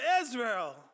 Israel